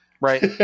Right